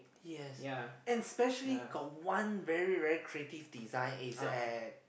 yes especially got one very very creative design is at